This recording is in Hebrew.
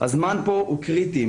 הזמן כאן הוא קריטי.